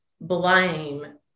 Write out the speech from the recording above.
blame